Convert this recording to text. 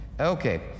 Okay